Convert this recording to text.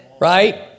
right